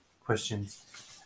questions